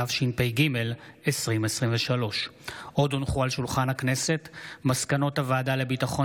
התשפ"ג 2023. עוד הונחו על שולחן הכנסת מסקנות הוועדה לביטחון